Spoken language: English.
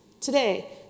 today